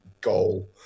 goal